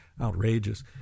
outrageous